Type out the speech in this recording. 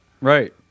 Right